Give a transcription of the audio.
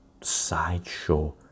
sideshow